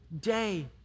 day